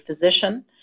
physician